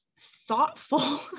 thoughtful